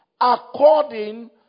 according